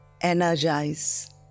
energize